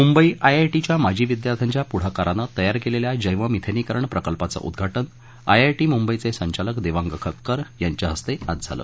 Mumbai I I T च्या माजी विद्यार्थ्यांच्या पुढाकरानं तयार केलेल्या जैवमिथेनीकरण प्रकल्पाचं उद्दाटन आय आय टी मुंबईचे संचालक देवांग खक्कर यांच्याहस्ते आज झालं